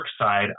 side